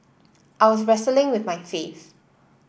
I was wrestling with my faith